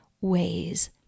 ways